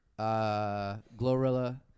Glorilla